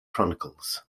chronicles